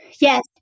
Yes